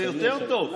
זה יותר טוב.